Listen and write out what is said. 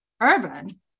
Urban